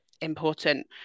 important